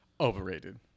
Overrated